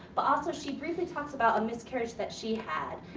but also she briefly talks about a miscarriage that she had,